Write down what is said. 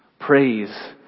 Praise